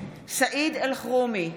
סעיד אלחרומי,